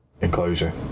enclosure